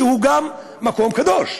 שגם הוא מקום קדוש.